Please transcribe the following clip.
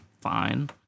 fine